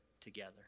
together